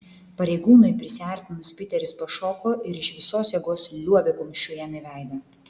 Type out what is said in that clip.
pareigūnui prisiartinus piteris pašoko ir iš visos jėgos liuobė kumščiu jam į veidą